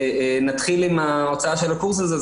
נתחיל עם ההוצאה של הקורס הזה,